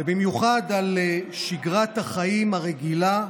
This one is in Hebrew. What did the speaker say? ובמיוחד על שגרת החיים הרגילה,